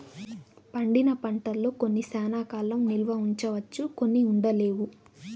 పండిన పంటల్లో కొన్ని శ్యానా కాలం నిల్వ ఉంచవచ్చు కొన్ని ఉండలేవు